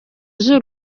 z’u